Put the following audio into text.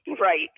Right